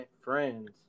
friends